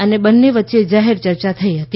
અને બંને વચ્ચે જાહેર ચર્ચા થઈ હતી